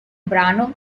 brano